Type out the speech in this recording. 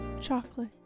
Chocolate